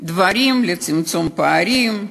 דברים לצמצום פערים,